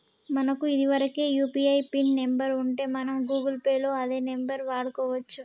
మనకు ఇదివరకే UPI pin number ఉంటే మనం గూగుల్ పే లో అదే నెంబర్ వాడుకోవచ్చు